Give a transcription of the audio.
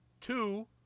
two